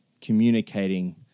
communicating